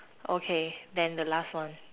okay then the last one